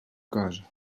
cosa